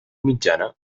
mitjana